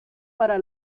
para